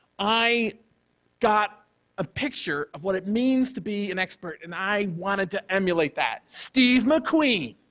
i got a picture of what it means to be an expert and i wanted to emulate that. steve mcqueen,